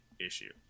issue